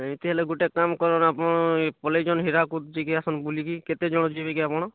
ସେମିତି ହେଲେ ଗୁଟେ କାମ୍ କରନ୍ ଆପଣ ପଲେଇଯାଅନ୍ ହିରାକୁଦ୍ ଯାଇକି ଆସନ୍ ବୁଲିକି କେତେଜଣ ଯିବେକି ଆପଣ